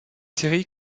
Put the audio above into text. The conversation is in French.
série